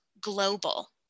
global